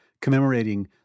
commemorating